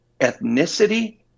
ethnicity